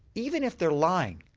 even if they're lying,